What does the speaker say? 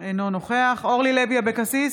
אינו נוכח אורלי לוי אבקסיס,